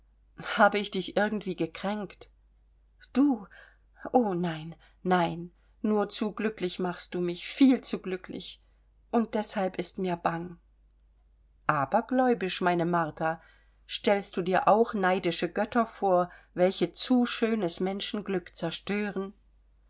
habe ich dich irgendwie gekränkt du o nein nein nur zu glücklich machst du mich viel zu glücklich und deshalb ist mir bang abergläubisch meine martha stellst du dir auch neidische götter vor welche zu schönes menschenglück zerstören